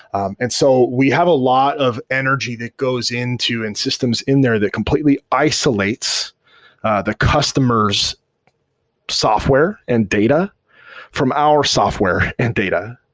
um and so we have a lot of energy that goes into in systems in there that completely isolates the customer s software and data from our software and data,